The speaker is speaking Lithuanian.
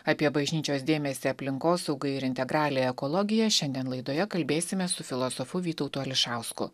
apie bažnyčios dėmesį aplinkosaugai ir integraliąją ekologiją šiandien laidoje kalbėsimės su filosofu vytautu ališausku